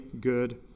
good